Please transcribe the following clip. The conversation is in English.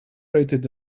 rated